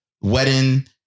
wedding